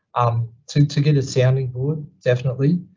um, to, to get a sounding board. definitely.